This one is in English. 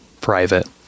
private